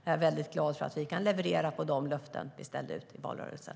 Jag är glad att vi kan leverera i de löften vi ställde ut i valrörelsen.